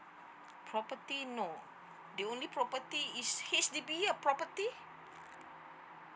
property no the only property is H_D_B ah property